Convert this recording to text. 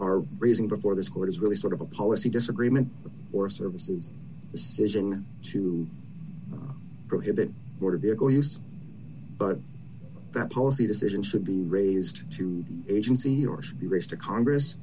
are raising before this court is really sort of a policy disagreement or services decision to prohibit border vehicle use but that policy decisions should be raised to agency or should be raised to congress